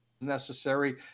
necessary